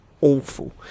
awful